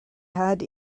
had